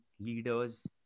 Leaders